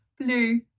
Blue